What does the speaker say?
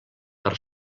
per